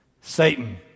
Satan